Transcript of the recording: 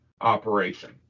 operation